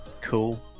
Cool